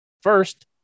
First